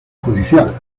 judicial